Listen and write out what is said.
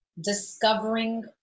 discovering